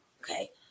okay